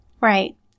Right